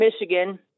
Michigan